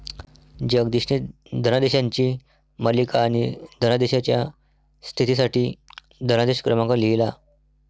जगदीशने धनादेशांची मालिका आणि धनादेशाच्या स्थितीसाठी धनादेश क्रमांक लिहिला